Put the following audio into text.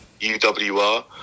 UWR